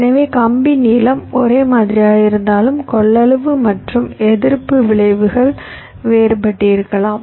எனவே கம்பி நீளம் ஒரே மாதிரியாக இருந்தாலும் கொள்ளளவு மற்றும் எதிர்ப்பு விளைவுகள் வேறுபட்டிருக்கலாம்